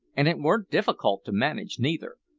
an' it worn't difficult to manage neither,